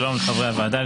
שלום לחברי הוועדה,